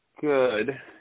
Good